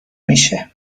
میشه